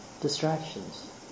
distractions